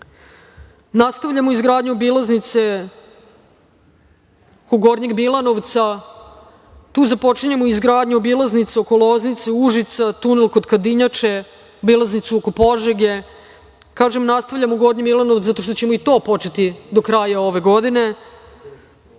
nastavljamo. Nastavljamo izgradnju obilaznice oko Gornjeg Milanovca, tu započinjemo izgradnju obilaznice oko Loznice, Užica, tunel kod Kadinjače, obilaznicu oko Požege. Kažem - nastavljamo Gornji Milanovac, zato što ćemo i to početi do kraja ove